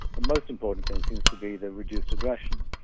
the most important thing seems to be the reduced aggression.